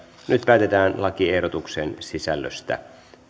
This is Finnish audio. nyt päätetään lakiehdotuksen sisällöstä